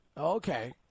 Okay